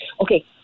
okay